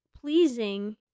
pleasing